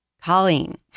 Colleen